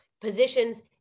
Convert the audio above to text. positions